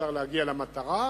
אפשר להגיע למטרה,